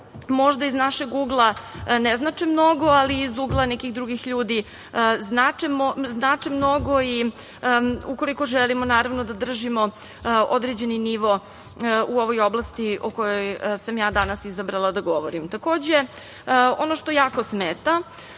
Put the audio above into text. možda iz našeg ugla ne znače mnogo, ali iz ugla nekih drugih ljudi znače mnogo, ukoliko želimo da držimo određeni nivo u ovoj oblasti o kojoj sam ja danas izabrala da govorim. Ono što jako smeta